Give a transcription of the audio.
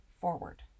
forward